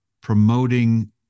promoting